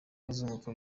bazunguka